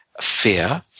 fear